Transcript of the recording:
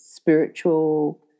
Spiritual